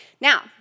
Now